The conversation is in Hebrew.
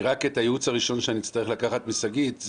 רק הייעוץ הראשון שאני אצטרך לקחת משגית,